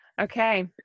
Okay